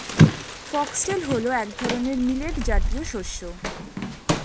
foxtail হল এক ধরনের মিলেট জাতীয় শস্য